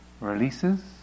releases